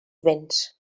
béns